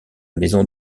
maison